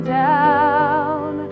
down